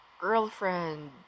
girlfriend